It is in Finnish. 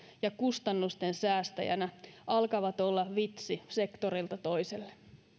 ja kustannusten säästäjänä alkavat olla vitsi sektorilta toiselle